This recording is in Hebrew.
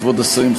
כבוד השרים,